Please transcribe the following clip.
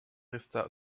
resta